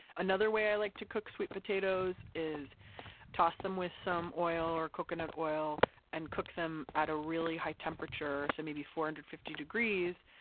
another way i like to cook sweet potatoes is toss them with some oil or coconut oil and cook them at a really high temperature, so maybe four hundred and fifty degrees.